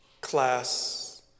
class